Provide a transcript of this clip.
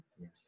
yes